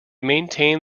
maintained